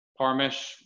Parmesh